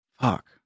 Fuck